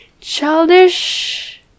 childish